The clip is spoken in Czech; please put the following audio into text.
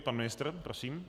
Pan ministr, prosím.